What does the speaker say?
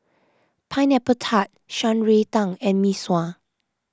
Pineapple Tart Shan Rui Tang and Mee Sua